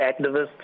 activists